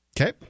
Okay